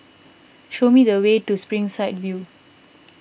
show me the way to Springside View